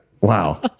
Wow